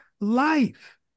life